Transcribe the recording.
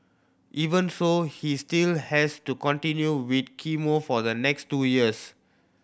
even so he still has to continue with chemo for the next two years